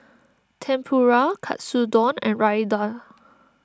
Tempura Katsudon and Raita